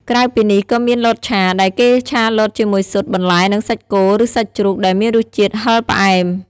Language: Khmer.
ក្រៅពីនេះ ក៏មាន លតឆា ដែលគេឆាលតជាមួយស៊ុត បន្លែ និងសាច់គោ ឬសាច់ជ្រូក ដែលមានរសជាតិហឹរផ្អែម។